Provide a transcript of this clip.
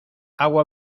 agua